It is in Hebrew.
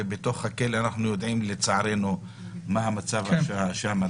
ובתוך הכלא אנחנו יודעים לצערנו מה המצב שם,